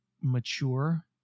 mature